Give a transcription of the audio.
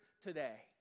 today